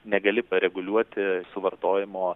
negali pareguliuoti suvartojimo